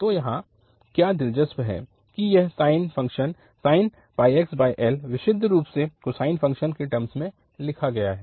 तो यहाँ क्या दिलचस्प है कि यह साइन फंक्शन sin πxl विशुद्ध रूप से कोसाइन फ़ंक्शन्स के टर्मस में लिखा गया है